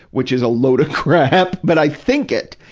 which is a load of crap but i think it.